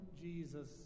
Jesus